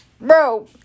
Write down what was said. bro